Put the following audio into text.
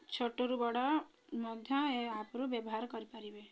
ଛୋଟରୁ ବଡ଼ ମଧ୍ୟ ଏ ଆପ୍ରୁ ବ୍ୟବହାର କରିପାରିବେ